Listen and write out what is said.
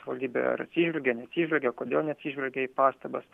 savivaldybė ar atsižvelgė neatsižvelgė kodėl neatsižvelgė į pastabas